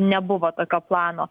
nebuvo tokio plano